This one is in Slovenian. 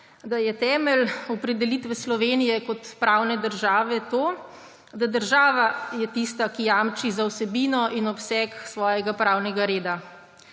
da je temelj opredelitve Slovenije kot pravne države to, da je država tista, ki jamči za vsebino in obseg svojega pravnega reda.